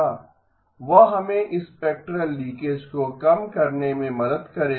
वह हमें spectral leakage को कम करने में मदद करेगा